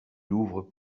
louvre